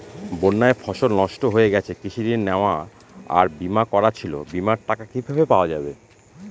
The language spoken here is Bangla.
বন্যায় ফসল নষ্ট হয়ে গেছে কৃষি ঋণ নেওয়া আর বিমা করা ছিল বিমার টাকা কিভাবে পাওয়া যাবে?